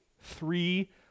Three